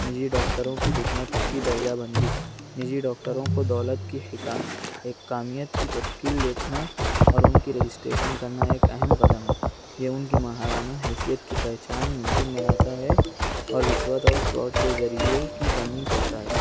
نجی ڈاکٹروں کی حکمت کی درجہ بندی نجی ڈاکٹروں کو دولت کی حکا حکامیت کی تشکیل دیکھنا اور ان کی رجسٹریشن کرنا ایک اہم قدم ہے یہ ان کی ماہرانہ حیثیت کی پہچان ممکن بناتا ہے اور رشوت اور فراڈ کے ذریعہ کی کمی کرتا ہے